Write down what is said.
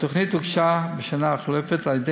התוכנית הוגשה בשנה החולפת על-ידי